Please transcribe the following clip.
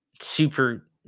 super